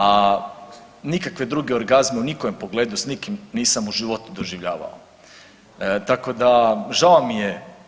A nikakve druge orgazme u nikojem pogledu s nikim nisam u životu doživljavao, tako da žao mi je.